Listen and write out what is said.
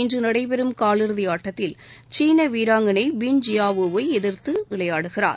இன்று நடைபெறும் காலிறுதி ஆட்டத்தில் சீன வீராங்களை பின்ஜியாவோ வை எதிர்த்து விளையாடுகிறார்